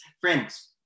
Friends